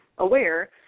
aware